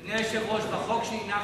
אדוני היושב-ראש, החוק שהנחנו,